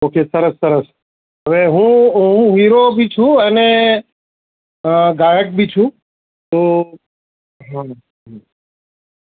okay સરસ સરસ હવે હું હું હીરો બી છું અને ગાયક બી છું તો